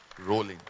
rolling